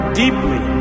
deeply